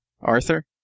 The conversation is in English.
arthur